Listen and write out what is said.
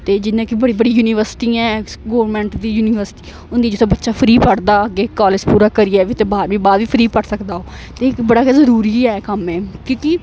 ते जियां कि बड़ी बड़ी यूनिवर्सिटी ऐ गौरमट दी यूिवर्सिटी होंदी जित्थै बच्चा फ्री पढ़दा अग्गें कालेज पूरा करियै बी ते ब बाह्र बी फ्री पढ़ी सकदा ओह् ते बड़ा गै जरूरी ऐ कम्म ऐ क्यों के